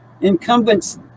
incumbents